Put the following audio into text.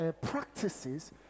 practices